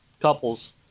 couples